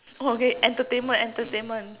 oh okay entertainment entertainment